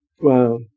Wow